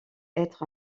être